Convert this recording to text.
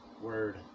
word